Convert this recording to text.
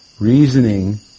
reasoning